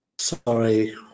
Sorry